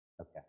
okay